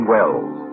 Wells